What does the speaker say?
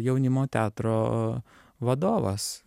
jaunimo teatro vadovas